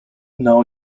now